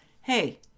Hey